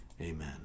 Amen